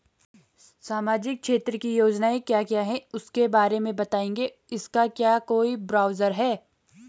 सामाजिक क्षेत्र की योजनाएँ क्या क्या हैं उसके बारे में बताएँगे इसका क्या कोई ब्राउज़र है?